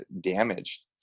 damaged